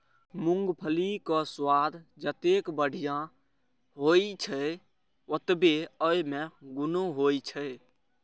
मूंगफलीक स्वाद जतेक बढ़िया होइ छै, ओतबे अय मे गुणो होइ छै